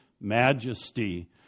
majesty